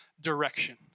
direction